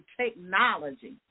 technology